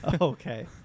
Okay